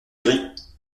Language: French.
gris